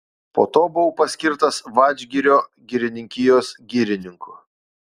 po to buvau paskirtas vadžgirio girininkijos girininku